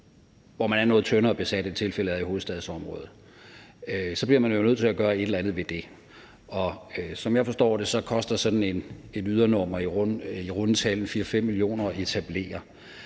hvor man er noget tyndere besat, end tilfældet er i hovedstadsområdet, så bliver man nødt til at gøre et eller andet ved det. Som jeg forstår det, så koster sådan et ydernummer i runde tal en 4-5 mio. kr. at etablere.